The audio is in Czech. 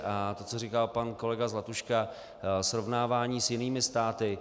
A to, co říkal pan kolega Zlatuška, srovnávání s jinými státy.